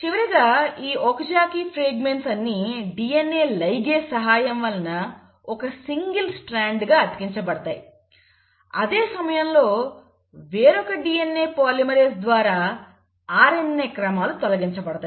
చివరిగా ఈ ఒకజాకి ముక్కలు అన్ని DNA లైగేస్ సహాయం వలన ఒక సింగిల్ స్ట్రాండ్ గా అతికించబడతాయి అదే సమయంలో వేరొక DNA పాలిమరేస్ ద్వారా RNA క్రమాలు తొలగించబడతాయి